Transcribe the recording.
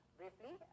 briefly